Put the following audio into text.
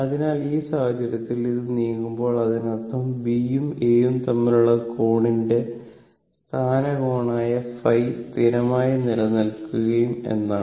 അതിനാൽ ഈ സാഹചര്യത്തിൽ ഇത് നീങ്ങുമ്പോൾ അതിനർത്ഥം B യും A യും തമ്മിലുള്ള കോണിന്റെ സ്ഥാനകോണായ ϕ സ്ഥിരമായി നിലനിൽക്കും എന്നാണ്